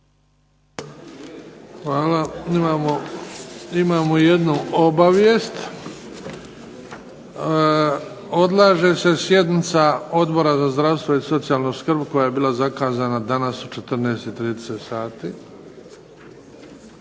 Hvala. Imamo jednu obavijest. Odlaže se sjednica Odbora za zdravstvo i socijalnu skrb koja je bila zakazana danas u 14 i 30 sati.